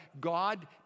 God